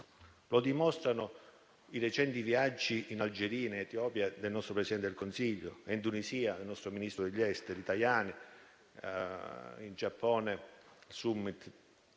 Lo dimostrano i recenti viaggi in Algeria e in Etiopia del nostro Presidente del Consiglio e in Tunisia del nostro ministro degli esteri Tajani. In Giappone c'è